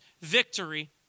victory